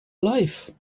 life